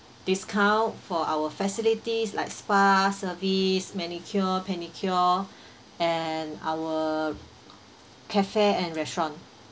discount for our facilities like spa service manicure pedicure and our cafe and restaurant